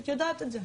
את יודעת את זה,